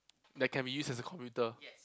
that can be used as a computer